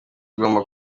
igomba